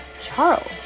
Charles